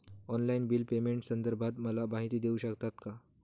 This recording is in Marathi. ऑनलाईन बिल पेमेंटसंदर्भात मला माहिती देऊ शकतात का?